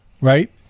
right